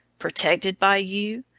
protected by you!